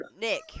Nick